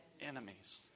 enemies